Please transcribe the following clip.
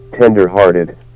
tender-hearted